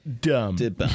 dumb